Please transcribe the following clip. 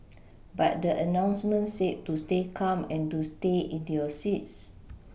but the announcement said to stay calm and to stay in your seats